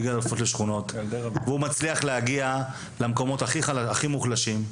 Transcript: הוא מצליח להגיע למקומות הכי מוחלשים,